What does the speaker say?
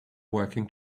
working